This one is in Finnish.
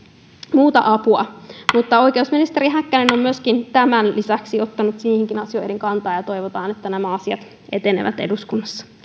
muuta apua mutta oikeusministeri häkkänen on tämän lisäksi ottanut niihinkin asioihin kantaa ja toivotaan että nämä asiat etenevät eduskunnassa